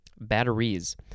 Batteries